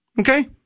Okay